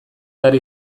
behar